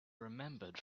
remembered